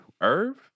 Irv